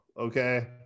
okay